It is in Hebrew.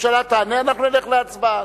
הממשלה תענה, אנחנו נלך להצבעה.